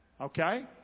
Okay